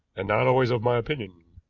and not always of my opinion.